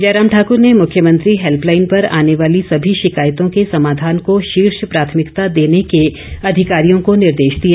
जयराम ठाक्र ने मुख्यमंत्री हैल्पलाईन पर आने वाली सभी शिकायतों के समाधान को शीर्ष प्राथमिकता देने के अधिकारियों को निर्देश दिए